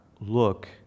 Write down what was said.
look